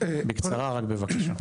בקצרה, אבל בבקשה.